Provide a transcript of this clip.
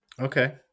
okay